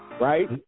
Right